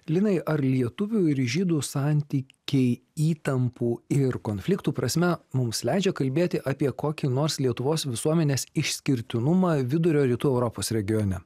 linai ar lietuvių ir žydų santykiai įtampų ir konfliktų prasme mums leidžia kalbėti apie kokį nors lietuvos visuomenės išskirtinumą vidurio rytų europos regione